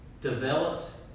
developed